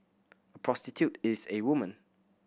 a prostitute is a woman